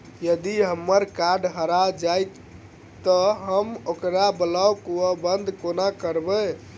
यदि हम्मर कार्ड हरा जाइत तऽ हम ओकरा ब्लॉक वा बंद कोना करेबै?